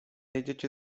jedziecie